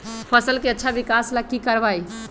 फसल के अच्छा विकास ला की करवाई?